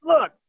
look